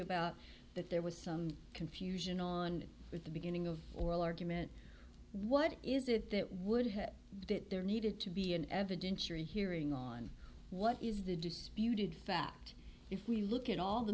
about that there was some confusion on at the beginning of oral argument what is it that would have that there needed to be an evidentiary hearing on what is the disputed fact if we look at all the